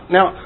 Now